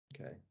Okay